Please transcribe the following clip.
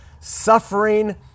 suffering